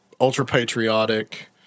ultra-patriotic